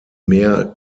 mehr